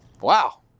Wow